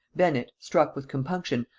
bennet, struck with compunction,